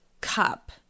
cup